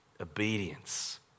obedience